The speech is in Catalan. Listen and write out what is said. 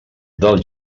del